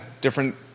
different